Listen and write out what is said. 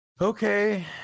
okay